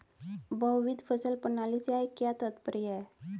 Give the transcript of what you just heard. बहुविध फसल प्रणाली से क्या तात्पर्य है?